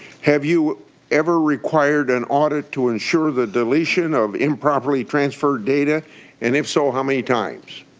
have you ever required an audit to ensure the deletion of improperly transferred data and if so, how many times?